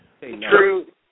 True